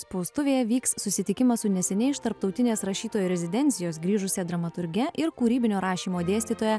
spaustuvėje vyks susitikimas su neseniai iš tarptautinės rašytojų rezidencijos grįžusia dramaturge ir kūrybinio rašymo dėstytoja